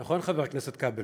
נכון, חבר הכנסת כבל?